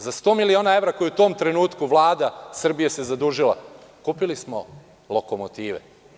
Za 100.000.000 evra koje u tom trenutku Vlada Srbije se zadužila kupili smo lokomotive.